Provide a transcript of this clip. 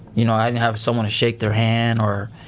you know, i didn't have someone to shake their hand or,